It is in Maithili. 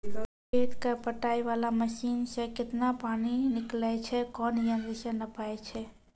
खेत कऽ पटाय वाला मसीन से केतना पानी निकलैय छै कोन यंत्र से नपाय छै